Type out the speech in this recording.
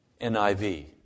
NIV